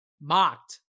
mocked